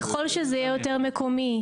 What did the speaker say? ככל שזה יהיה יותר מקומי,